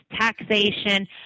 taxation